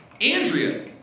Andrea